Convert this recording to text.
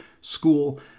school